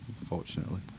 unfortunately